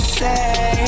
say